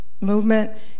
Movement